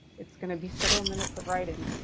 it's gonna be several minutes of writing.